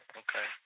okay